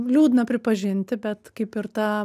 liūdna pripažinti bet kaip ir ta